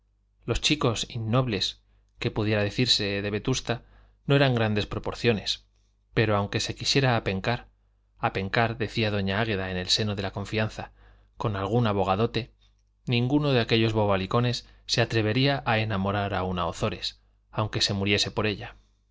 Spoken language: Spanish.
los chicos innobles que pudiera decirse de vetusta no eran grandes proporciones pero aunque se quisiera apencar apencar decía doña águeda en el seno de la confianza con algún abogadote ninguno de aquellos bobalicones se atrevería a enamorar a una ozores aunque se muriese por ella